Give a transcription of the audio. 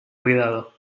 cuidado